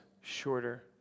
shorter